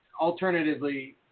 Alternatively